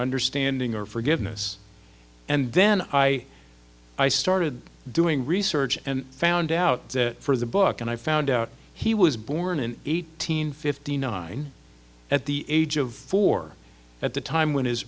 understanding or forgiveness and then i i started doing research and found out that for the book and i found out he was born in eight hundred fifty nine at the age of four at the time when his